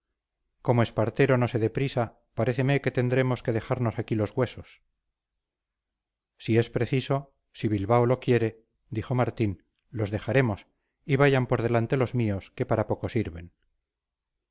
lastimoso como espartero no se dé prisa paréceme que tendremos que dejarnos aquí los huesos si es preciso si bilbao lo quiere dijo martín los dejaremos y vayan por delante los míos que para poco sirven